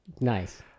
Nice